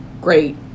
great